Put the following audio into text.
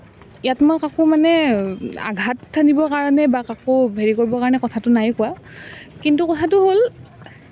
ইয়াত মই কাকো মানে আঘাত সানিবৰ কাৰণে বা কাকো হেৰি কৰিবৰ কাৰণে কথাটো নাই কোৱা কিন্তু কথাটো হ'ল